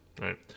right